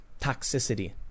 toxicity